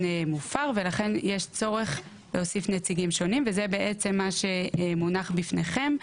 מופר ולכן יש צורך להוסיף נציגים שונים וזה בעצם מה שמונח בפניכם.